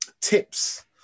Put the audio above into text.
tips